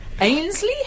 Ainsley